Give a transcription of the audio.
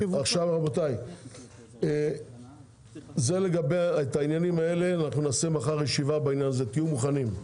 אנחנו נקיים מחר ישיבה בעניין הזה, תהיו מוכנים.